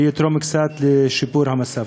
וזה יתרום קצת לשיפור המצב.